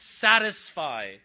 satisfy